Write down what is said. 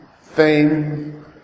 fame